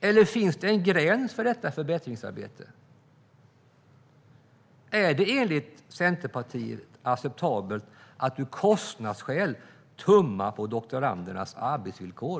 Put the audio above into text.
Eller finns det en gräns för detta förbättringsarbete? Är det enligt Centerpartiet acceptabelt att av kostnadsskäl tumma på doktorandernas arbetsvillkor?